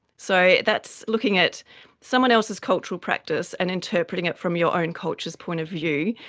so that's looking at someone else's cultural practice and interpreting it from your own culture's point of view,